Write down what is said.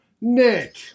Nick